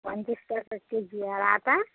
পঞ্চাশ টাকা কেজি আর আটা